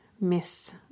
miss